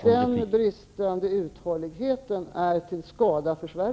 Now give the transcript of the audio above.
Denna bristande uthållighet är till skada för